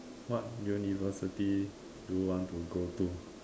what university do you want to go to